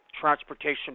transportation